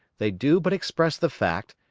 they do but express the fact,